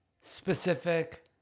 specific